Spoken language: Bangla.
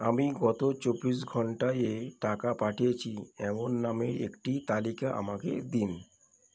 আমি গত চব্বিশ ঘন্টা এ টাকা পাঠিয়েছি এমন নামের একটি তালিকা আমাকে দিন